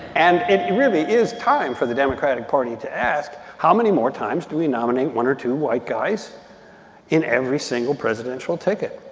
and it really is time for the democratic party to ask, how many more times do we nominate one or two white guys in every single presidential ticket?